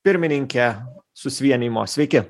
pirmininkę susivienijimo sveiki